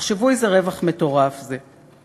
תחשבו איזה רווח מטורף זה.